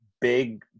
Big